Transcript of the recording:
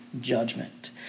judgment